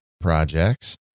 projects